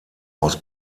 aus